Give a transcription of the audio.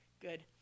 Good